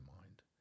mind